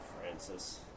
Francis